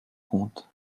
compte